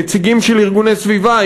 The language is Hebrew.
נציגים של ארגוני סביבה,